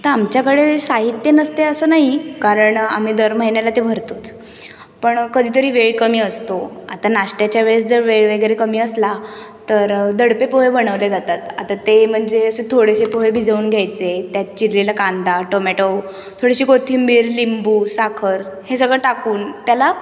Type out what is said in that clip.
आता आमच्याकडे साहित्य नसते असं नाही कारण आम्ही दर महिन्याला ते भरतोच पण कधीतरी वेळ कमी असतो आता नाश्ट्याच्या वेळेस जर वेळ वगैरे कमी असला तर दडपे पोहे बनवले जातात आता ते म्हणजे असे थोडेसे पोहे भिजवून घ्यायचे त्यात चिरलेला कांदा टोमॅटो थोडीशी कोथिंबीर लिंबू साखर हे सगळं टाकून त्याला